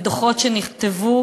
ודוחות שנכתבו,